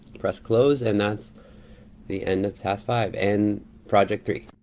press close, and that's the end of task five in project three.